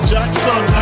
Jackson